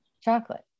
Chocolate